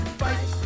fight